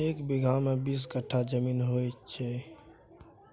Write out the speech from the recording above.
एक बीगहा मे बीस कट्ठा जमीन होइ छै